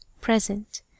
present